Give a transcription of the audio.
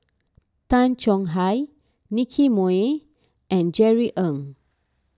Tay Chong Hai Nicky Moey and Jerry Ng